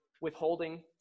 Withholding